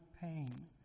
pain